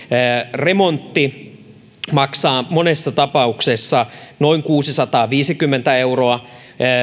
remontti maksaa monessa tapauksessa noin kuusisataaviisikymmentä euroa per